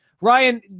ryan